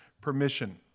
permission